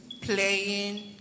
playing